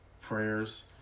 Prayers